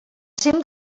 cim